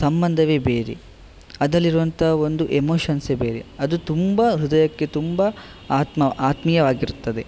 ಸಂಬಂಧವೇ ಬೇರೆ ಅದರಲ್ಲಿರುವಂಥ ಒಂದು ಎಮೋಷನ್ಸ್ಸೇ ಬೇರೆ ಅದು ತುಂಬ ಹೃದಯಕ್ಕೆ ತುಂಬ ಆತ್ಮ ಆತ್ಮೀಯವಾಗಿರುತ್ತದೆ